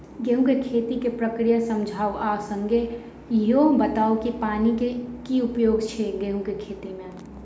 गेंहूँ केँ खेती केँ प्रक्रिया समझाउ आ संगे ईहो बताउ की पानि केँ की उपयोग छै गेंहूँ केँ खेती में?